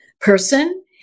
person